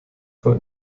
für